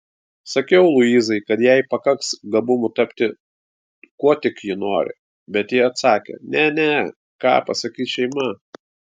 sakiau luizai kad jai pakaks gabumų tapti kuo tik ji nori bet ji atsakė ne ne ką pasakys šeima